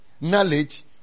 knowledge